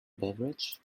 beverage